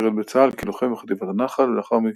ועמנואל בר,